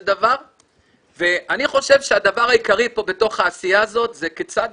אני חושב שהדבר העיקרי בתוך העשייה הזאת זה כיצד